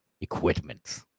equipment